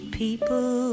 people